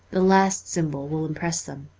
the last symbol will impress them.